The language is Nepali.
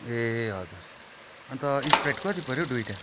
ए हजुर अन्त स्प्राइट कति पऱ्यो दुईवटा